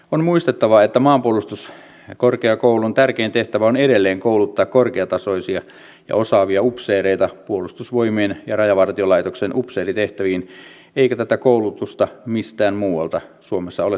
on muistettava että maanpuolustuskorkeakoulun tärkein tehtävä on edelleen kouluttaa korkeatasoisia ja osaavia upseereita puolustusvoimien ja rajavartiolaitoksen upseeritehtäviin eikä tätä koulutusta mistään muualta suomessa ole saatavissa